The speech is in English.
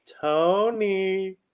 Tony